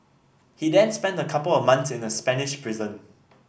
he then spent a couple of months in a Spanish prison